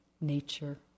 nature